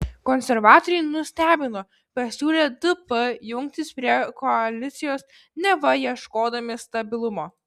konservatoriai nustebino pasiūlę dp jungtis prie koalicijos neva ieškodami stabilumo